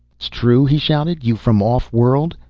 s'true? he shouted. y'from off-world?